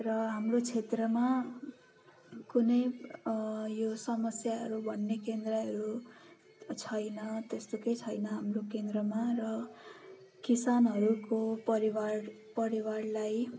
र हाम्रो क्षेत्रमा कुनै यो समस्याहरू भन्ने केन्द्रहरू छैन त्यस्तो केही छैन हाम्रो केन्द्रमा र किसानहरूको परिवार परिवारलाई